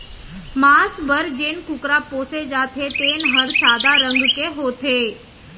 मांस बर जेन कुकरा पोसे जाथे तेन हर सादा रंग के होथे